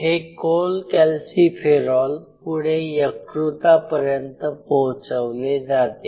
हे कोलकॅल्सिफेरॉल पुढे यकृतापर्यंत पोहोचवले जाते